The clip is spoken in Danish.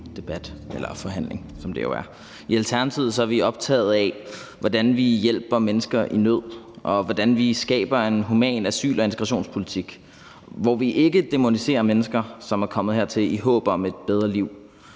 den her forhandling. I Alternativet er vi optaget af, hvordan vi hjælper mennesker i nød, og hvordan vi skaber en human asyl- og integrationspolitik, hvor vi ikke dæmoniserer mennesker, som er kommet hertil i håb om et bedre liv.